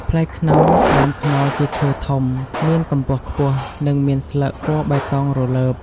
ផ្លែខ្នុរ ដើមខ្នុរជាឈើធំ មានកំពស់ខ្ពស់ និងមានស្លឹកពណ៌បៃតងរលើប។